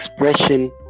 expression